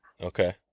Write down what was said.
Okay